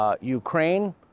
Ukraine